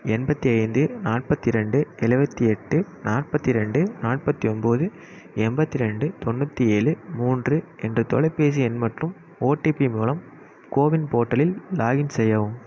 எண்பத்து ஐந்து நாற்பத்தி ரெண்டு எழுவத்தி எட்டு நாற்பத்து ரெண்டு நாற்பத்து ஒம்பது எண்பத்தி ரெண்டு தொண்ணூற்றி ஏழு மூன்று என்ற தொலைபேசி எண் மற்றும் ஓடிபி மூலம் கோவின் போர்ட்டலில் லாக்இன் செய்யவும்